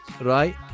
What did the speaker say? right